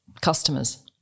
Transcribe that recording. customers